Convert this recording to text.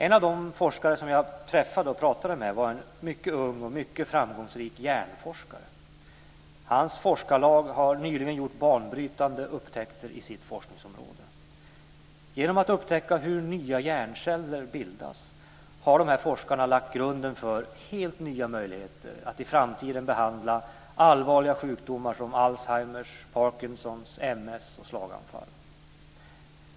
En av de forskare som jag träffade och pratade med var en mycket ung och framgångsrik hjärnforskare. Hans forskarlag har nyligen gjort banbrytande upptäckter i sitt forskningsområde. Genom att upptäcka hur nya hjärnceller bildas har dessa forskare lagt grunden för helt nya möjligheter att i framtiden behandla allvarliga sjukdomar som Alzheimers, Parkinsons, MS och slaganfall.